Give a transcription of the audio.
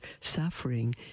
suffering